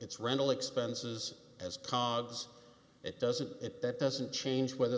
its rental expenses as togs it doesn't that doesn't change whether